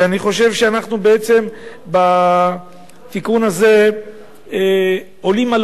ואני חושב שאנחנו בעצם בתיקון הזה עולים על